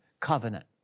Covenant